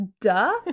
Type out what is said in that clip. duh